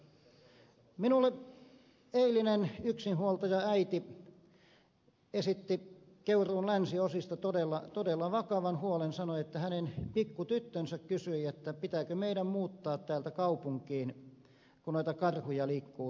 minulle eilinen yksinhuoltajaäiti esitti keuruun länsiosista todella vakavan huolen ja sanoi että hänen pikku tyttönsä kysyi pitääkö meidän muuttaa täältä kaupunkiin kun noita karhuja liikkuu tuolla pihalla